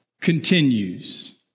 continues